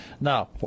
Now